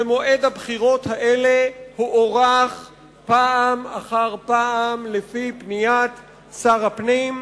ומועד הבחירות האלה נדחה פעם אחר פעם לפי פניית שר הפנים.